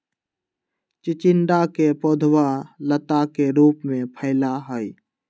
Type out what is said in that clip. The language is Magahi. चिचिंडा के पौधवा लता के रूप में फैला हई